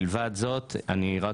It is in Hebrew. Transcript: מלבד זאת, רק